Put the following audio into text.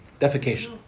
Defecation